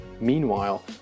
Meanwhile